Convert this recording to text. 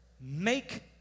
make